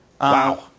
Wow